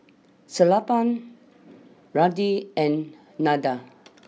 Sellapan Ramdev and Nandan